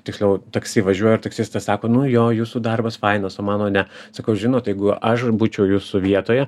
tiksliau taksi važiuoju ir taksistas sako nu jo jūsų darbas fainas o mano ne sakau žinot jeigu aš būčiau jūsų vietoje